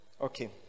Okay